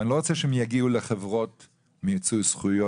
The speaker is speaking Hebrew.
ואני לא רוצה שהם יגיעו לחברות מיצוי זכויות